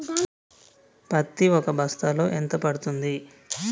పత్తి ఒక బస్తాలో ఎంత పడ్తుంది?